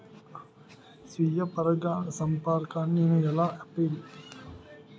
స్వీయ పరాగసంపర్కాన్ని నేను ఎలా ఆపిల్?